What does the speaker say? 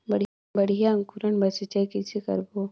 बढ़िया अंकुरण बर सिंचाई कइसे करबो?